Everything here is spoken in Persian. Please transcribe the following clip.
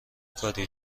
کاری